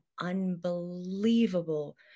unbelievable